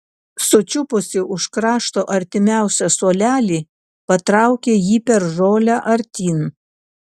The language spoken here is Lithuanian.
sučiupusi už krašto artimiausią suolelį patraukė jį per žolę artyn